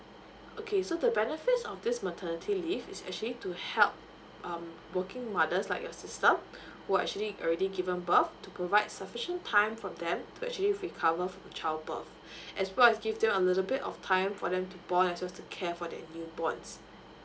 okay so the benefits of this maternity leave is actually to help um working mothers like your sister who actually already given birth to provide sufficient time for them to actually recover from child birth as well as give her a little bit of time for them to bond as well as to care for the new born